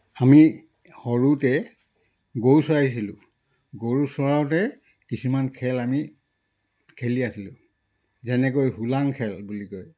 আমি সৰুতে গৰু চৰাইছিলোঁ গৰু চৰাওঁতে কিছুমান খেল আমি খেলি আছিলোঁ যেনেকৈ হোলাং খেল বুলি কয়